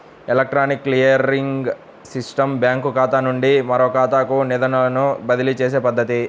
electronic clearing system బ్యాంకుఖాతా నుండి మరొకఖాతాకు నిధులను బదిలీచేసే పద్ధతి